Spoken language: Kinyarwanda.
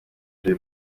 jay